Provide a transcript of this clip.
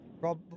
Rob